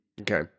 Okay